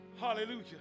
Hallelujah